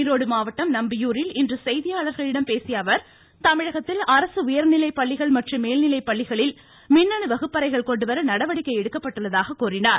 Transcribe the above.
ஈரோடு மாவட்டம் நம்பியூரில் இன்று செய்தியாளர்களிடம் பேசிய அவர் தமிழகத்தில் அரசு உயர்நிலை பள்ளிகள் மற்றும் மேல்நிலை பள்ளிகளில் மின்னணு வகுப்பறைகள் கொண்டுவர நடவடிக்கை எடுக்கப்பட்டுள்ளதாக கூறினார்